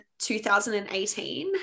2018